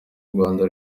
rwanda